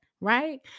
right